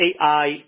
ai